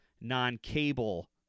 non-cable